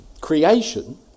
creation